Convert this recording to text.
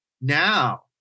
Now